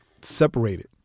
separated